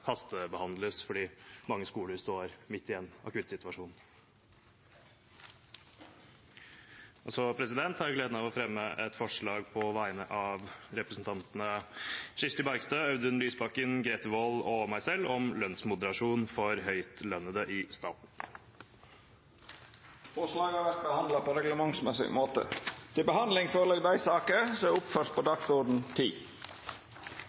hastebehandles fordi mange skoler står midt i en akuttsituasjon. Jeg har også gleden av å fremme et forslag på vegne av representantene Kirsti Bergstø, Audun Lysbakken, Grete Wold og meg selv, om lønnsmoderasjon for høytlønnede i staten. Forslaga vil verta behandla på reglementsmessig måte.